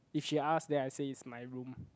if she ask then I say is my room